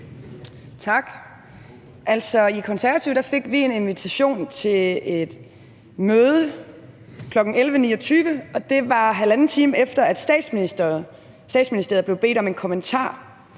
i Konservative fik vi en invitation til et møde kl. 11.29, og det var, 1½ time efter at Statsministeriet blev bedt om en kommentar,